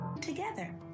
together